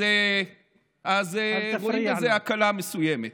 אז רואים בזה הקלה מסוימת.